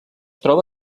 troba